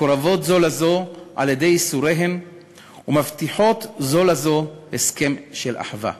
מקורבות זו לזו על-ידי ייסוריהן ומבטיחות זו לזו הסכם של אחווה".